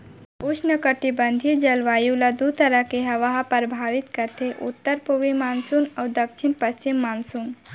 उस्नकटिबंधीय जलवायु ल दू तरह के हवा ह परभावित करथे उत्तर पूरवी मानसून अउ दक्छिन पस्चिम मानसून